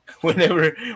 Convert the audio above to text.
Whenever